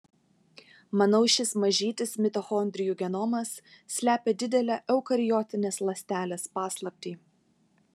manau šis mažytis mitochondrijų genomas slepia didelę eukariotinės ląstelės paslaptį